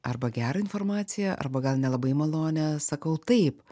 arba gerą informaciją arba gal nelabai malonią sakau taip